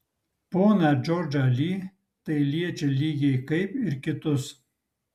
poną džordžą li tai liečia lygiai kaip ir kitus